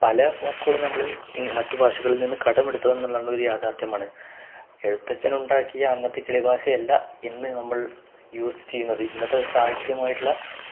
പല വാക്കുകളും നമ്മള് മറ്റു ഭാഷകളിൽ നിന്നു കടമെടുത്തതാണ് എന്നുള്ളതൊരു യാഥാർഥ്യമാണ് എഴുത്തച്ഛനുണ്ടാക്കിയ അന്നത്തെ കിളി ഭാഷയല്ല ഇന്നു നമ്മൾ യൂസ് ചെയ്യുന്നത് ഇന്നത്തെ ഒരു സാഹിത്യമായിട്ടുള്ള